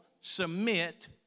submit